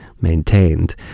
maintained